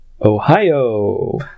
Ohio